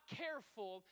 careful